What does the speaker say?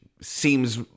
seems